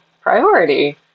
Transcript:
priority